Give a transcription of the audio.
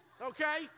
okay